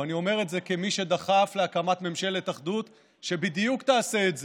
ואני אומר את זה כמי שדחף להקמת ממשלת אחדות שבדיוק תעשה את זה,